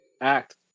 Act